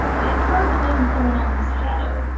it's hard to live in someone else's shadow.